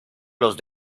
los